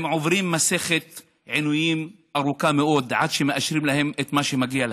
הם עוברים מסכת עינויים ארוכה מאוד עד שמאשרים להם את מה שמגיע להם.